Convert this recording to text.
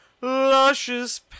luscious